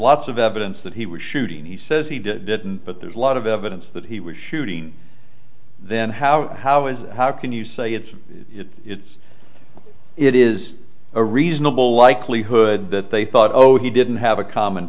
lots of evidence that he was shooting he says he did it but there's a lot of evidence that he was shooting then how how is how can you say it's it's it is a reasonable likelihood that they thought oh he didn't have a common